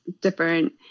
different